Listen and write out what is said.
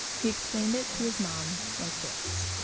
he explained it to his mom like this,